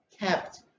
kept